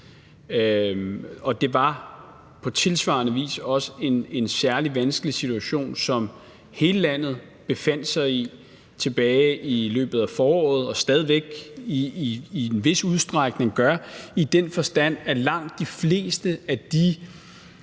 Og det var på tilsvarende vis også en særlig vanskelig situation, som hele landet befandt sig i tilbage i foråret og stadig væk i en vis udstrækning befinder sig i, i den forstand at langt de fleste af de